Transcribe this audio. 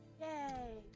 yay